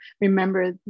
remember